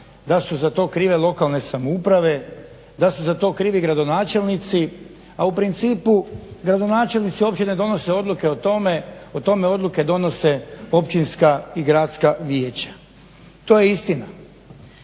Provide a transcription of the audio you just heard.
da su za to krive lokalne samouprave, da su za to krivi gradonačelnici. A u principu gradonačelnici općine donose odluke o tome, o tome odluke donose općinska i gradska vijeća. To je istina.